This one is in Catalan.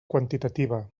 quantitativa